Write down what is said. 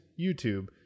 YouTube